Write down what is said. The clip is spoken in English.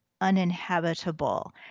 uninhabitable